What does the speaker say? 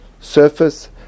surface